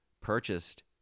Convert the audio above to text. purchased